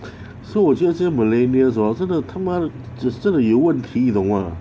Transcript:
so 我觉得这个 millennials hor 真的他妈的真的有问题你懂吗